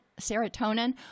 serotonin